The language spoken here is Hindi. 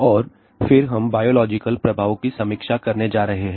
और फिर हम बायोलॉजिकल प्रभावों की समीक्षा करने जा रहे हैं